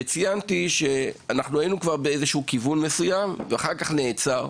ציינתי שהיינו כבר באיזה שהוא כיוון מסוים שאחר כך נעצר,